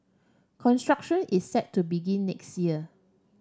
construction is set to begin next year